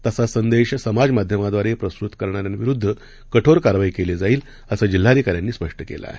तसा संदेश समाज माध्यमाद्वारे प्रसूत करणाऱ्यांविरुद्ध कठोर कारवाई केली जाईल असं जिल्हाधिकाऱ्यांनी स्पष्ट केलं आहे